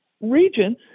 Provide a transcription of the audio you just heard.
region